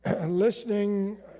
listening